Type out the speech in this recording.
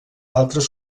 altres